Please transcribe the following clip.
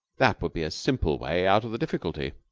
that would be a simple way out of the difficulty.